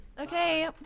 okay